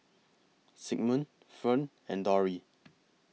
Sigmund Fern and Dori